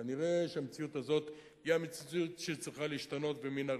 כנראה המציאות הזאת היא המציאות שצריכה להשתנות מן הרצפה.